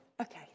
Okay